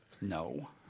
No